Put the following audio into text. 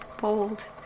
bold